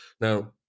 now